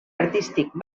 artístic